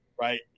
Right